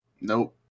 Nope